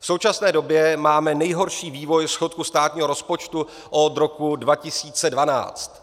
V současné době máme nejhorší vývoj schodku státního rozpočtu od roku 2012.